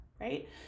right